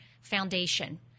foundation